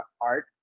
art